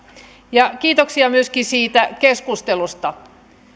ja kiitoksia myöskin tästä keskustelusta